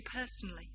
personally